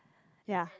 ya